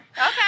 okay